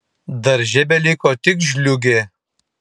darže beliko tik žliūgė